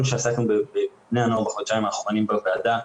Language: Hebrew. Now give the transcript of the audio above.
שעסקנו בבני הנוער בחודשיים האחרונים בוועדה,